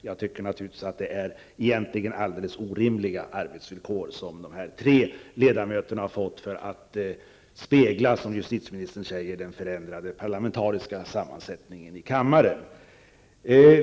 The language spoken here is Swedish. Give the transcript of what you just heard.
Jag anser naturligtvis att det egentligen är alldeles orimliga arbetsvillkor som dessa tre ledamöter fått för att utredningen skall spegla, som justitieministern säger, den förändrade parlamentariska sammansättningen i kammaren.